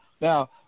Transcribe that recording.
Now